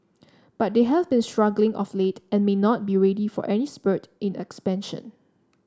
but they have been struggling of late and may not be ready for any spurt in expansion